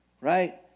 right